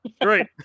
great